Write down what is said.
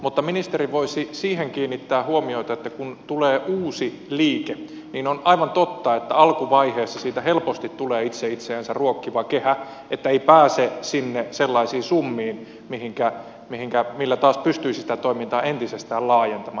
mutta ministeri voisi siihen kiinnittää huomiota että kun tulee uusi liike niin on aivan totta että alkuvaiheessa siitä helposti tulee itse itseänsä ruokkiva kehä että ei pääse sinne sellaisiin summiin millä taas pystyisi sitä toimintaa entisestään laajentamaan